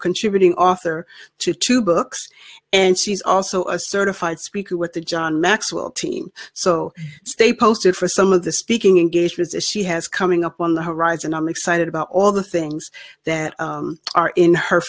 contributing author to two books and she's also a certified speaker with the john maxwell team so stay posted for some of the speaking engagements that she has coming up on the horizon i'm excited about all the things that are in her